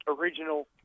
original